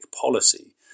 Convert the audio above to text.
policy